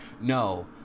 no